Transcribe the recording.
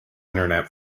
internet